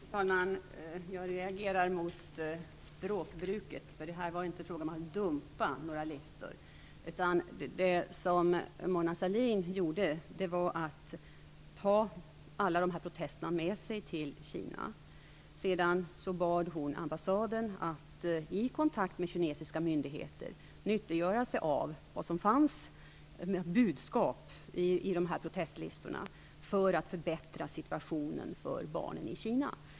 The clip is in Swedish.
Fru talman! Jag reagerar mot språkbruket. Det var inte fråga om att dumpa några listor. Det Mona Sahlin gjorde var att ta alla de här protesterna med sig till Kina. Sedan bad hon ambassaden att i kontakt med kinesiska myndigheter nyttiggöra de budskap som fanns i de här protestlistorna för att förbättra situationen för barnen i Kina.